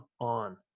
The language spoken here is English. on